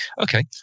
okay